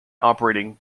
operating